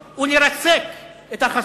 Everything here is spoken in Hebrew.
בדיבור על שתי מדינות ולרסק את החזון